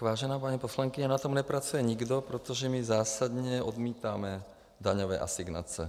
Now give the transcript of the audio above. Vážená paní poslankyně, na tom nepracuje nikdo, protože my zásadně odmítáme daňové asignace.